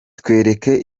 twereke